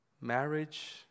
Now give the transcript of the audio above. marriage